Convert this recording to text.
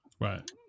Right